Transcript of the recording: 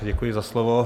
Děkuji za slovo.